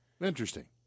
Interesting